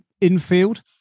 infield